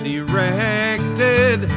erected